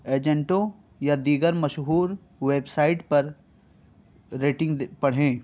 ایجنٹوں یا دیگر مشہور ویبسائٹ پر ریٹنگ پڑھیں